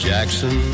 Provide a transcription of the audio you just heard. Jackson